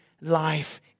life